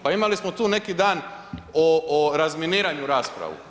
Pa imali smo tu neki dan o razminiranju raspravu.